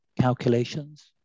calculations